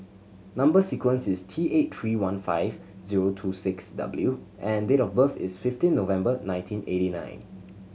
number sequence is T eight three one five zero two six W and date of birth is fifteen November nineteen eighty nine